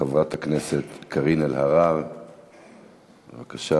חברת הכנסת קארין אלהרר, בבקשה.